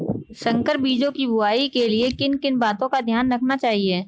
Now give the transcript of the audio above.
संकर बीजों की बुआई के लिए किन किन बातों का ध्यान रखना चाहिए?